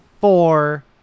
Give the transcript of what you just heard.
four